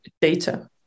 data